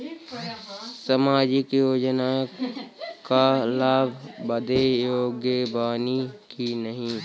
सामाजिक योजना क लाभ बदे योग्य बानी की नाही?